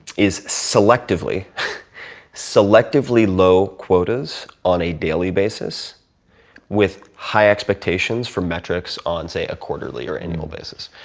is selectively selectively low quotas on a daily basis with high expectations for metrics on, say, a quarterly or annual basis.